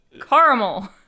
caramel